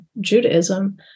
Judaism